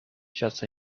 just